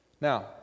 Now